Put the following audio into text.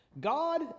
God